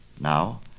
Now